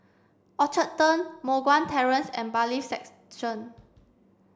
Orchard Turn Moh Guan Terrace and Bailiffs' Section